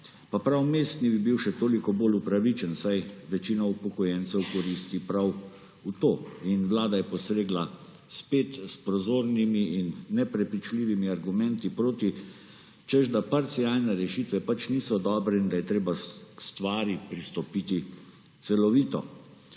Pa prav mestni bi bil še toliko bolj upravičen, saj večina upokojencev koristi prav to. In vlada je posegla spet s prozornimi in neprepričljivimi argumenti proti, češ da parcialne rešitve pač niso dobre in da je treba k stvari pristopiti celovito.